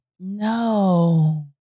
no